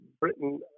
Britain